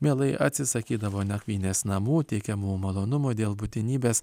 mielai atsisakydavo nakvynės namų teikiamų malonumų dėl būtinybės